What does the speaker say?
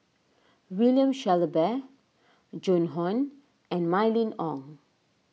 William Shellabear Joan Hon and Mylene Ong